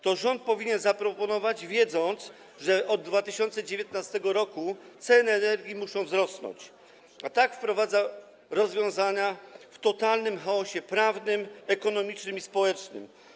To rząd powinien zaproponować, wiedząc, że od 2019 r. ceny energii muszą wzrosnąć, a nie wprowadzać rozwiązań w totalnym chaosie prawnym, ekonomicznym i społecznym.